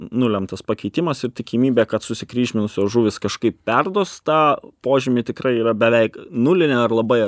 nulemtas pakeitimas ir tikimybė kad susikryžminusios žuvys kažkaip perduos tą požymį tikrai beveik nulinė ar labai